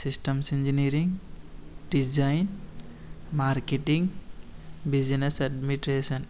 systems engineering design marketing business administration